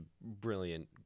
brilliant